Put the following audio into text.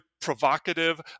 provocative